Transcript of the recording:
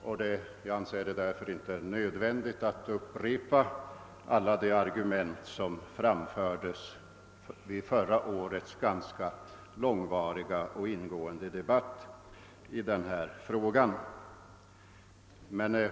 Jag anser det därför inte nödvändigt att upprepa alla de argument som framfördes vid förra årets ganska långvariga och ingående debatt i denna fråga.